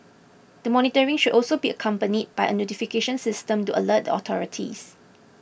the monitoring should also be accompanied by a notification system to alert the authorities